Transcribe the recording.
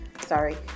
sorry